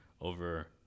over